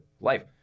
life